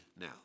now